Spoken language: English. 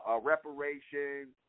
reparation